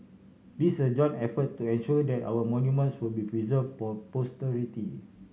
this is a joint effort to ensure that our monuments will be preserve for posterity